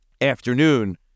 afternoon